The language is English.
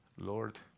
Lord